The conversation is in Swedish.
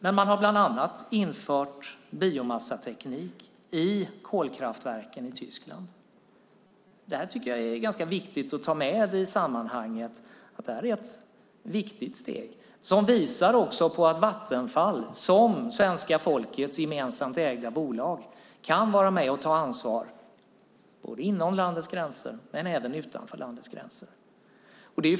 Man har bland annat infört biomassateknik i kolkraftverken i Tyskland. Det är ett viktigt steg att ta med i sammanhanget som visar att Vattenfall som svenska folkets gemensamt ägda bolag kan vara med och ta ansvar, både inom landets gränser och utanför landets gränser.